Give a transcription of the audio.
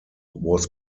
was